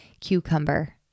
cucumber